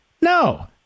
no